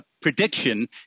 prediction